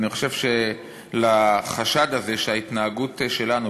אני חושב שהחשד הזה שההתנהגות שלנו,